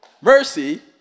Mercy